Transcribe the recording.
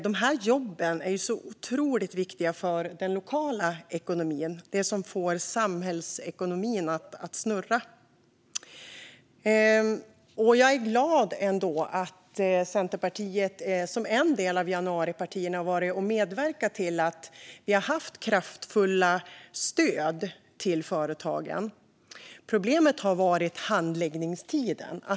De här jobben är otroligt viktiga för den lokala ekonomin, den som får samhällsekonomin att snurra. Jag är glad att Centerpartiet som ett av januaripartierna har medverkat till att vi haft kraftfulla stöd till företagen. Problemet har varit handläggningstiden.